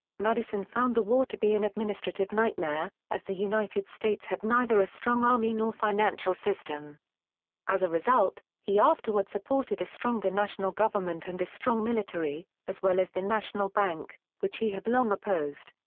madison found the war to be an administrative nightmare, as the united states had neither a strong army nor financial system as a result, he afterward supported a stronger national government and a strong military as well as the national bank, which he had long opposed.